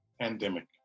pandemic